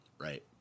Right